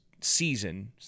season